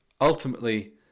ultimately